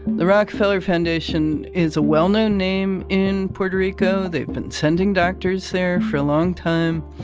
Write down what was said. the rockefeller foundation is a well-known name in puerto rico. they've been sending doctors there for a long time,